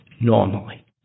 normally